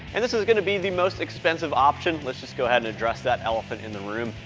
and this is going to be the most expensive option, let's just go ahead and address that elephant in the room,